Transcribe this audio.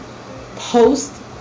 post